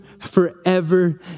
forever